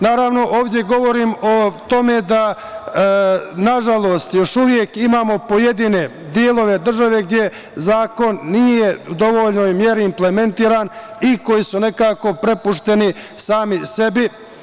Naravno, ovde govorim o tome da nažalost još uvek imamo pojedine delove države gde zakon nije u dovoljnoj meri implementiran i koji su nekako prepušteni sami sebi.